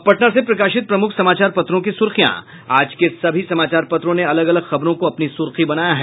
अब पटना से प्रकाशित प्रमुख समाचार पत्रों की सुर्खियां आज के सभी समाचार पत्रों ने अलग अलग खबरों को अपनी सुर्खी बनाया है